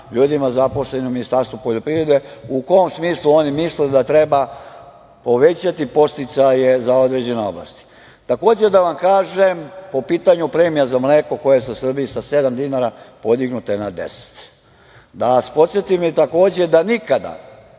ljudima zaposlenim u Ministarstvu poljoprivrede u kom smislu oni misle da treba povećati podsticaje za određene oblasti. Takođe da vam kažem po pitanju premija za mleko, koje je u Srbiji sa sedam dinara podignuto na 10, da vas podsetim takođe da nikada